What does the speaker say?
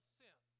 sin